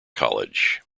college